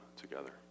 together